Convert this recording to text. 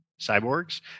cyborgs